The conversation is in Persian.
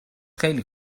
خیلی